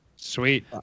Sweet